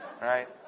Right